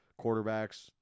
quarterbacks